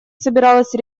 собирался